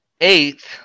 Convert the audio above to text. eighth